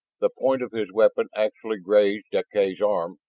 the point of his weapon actually grazed deklay's arm,